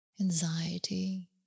anxiety